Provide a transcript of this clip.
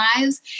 lives